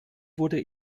wurde